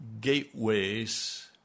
gateways